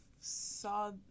saw